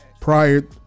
Prior